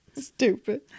Stupid